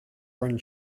run